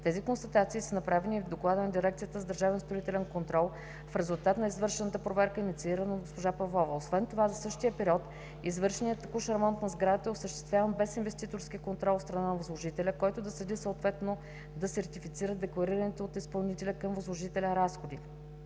Тези констатации са направени и в доклада на Дирекцията за държавен строителен контрол, в резултат на извършената проверка, инициирана от госпожа Павлова. Освен това за същия период извършваният текущ ремонт на сградата е осъществяван без инвеститорски контрол от страна на възложителя, който да следи съответно да сертифицира декларираните от изпълнителя към възложителя разходи.